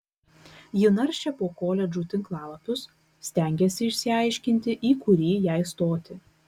ji naršė po koledžų tinklalapius stengėsi išsiaiškinti į kurį jai stoti